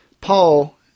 Paul